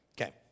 Okay